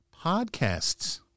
podcasts